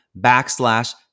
backslash